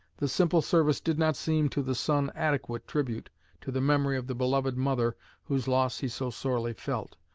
the simple service did not seem to the son adequate tribute to the memory of the beloved mother whose loss he so sorely felt,